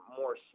more